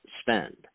spend